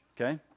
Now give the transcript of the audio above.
okay